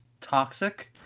toxic